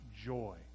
joy